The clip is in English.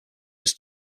was